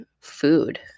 food